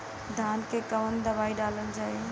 धान मे कवन दवाई डालल जाए?